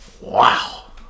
wow